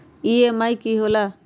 EMI की होला?